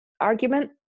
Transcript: argument